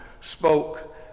spoke